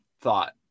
thought